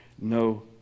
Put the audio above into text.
No